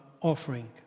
offering